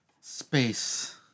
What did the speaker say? space